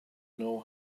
know